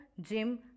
gym